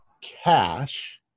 cash